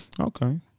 Okay